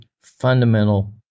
fundamental